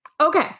Okay